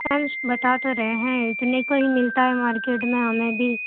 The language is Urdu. میمس بتا تو رہے ہیں اتنے کو ہی ملتا ہے مارکیٹ میں ہمیں بھی